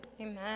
Amen